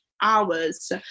hours